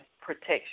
protection